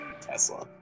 Tesla